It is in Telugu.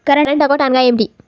కరెంట్ అకౌంట్ అనగా ఏమిటి?